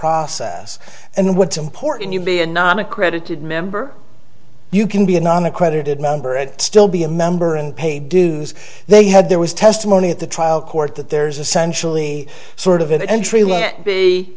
process and what's important you be a non accredited member you can be a non accredited member and still be a member and pay dues they had there was testimony at the trial court that there's essentially sort of an entry